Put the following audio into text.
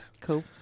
cool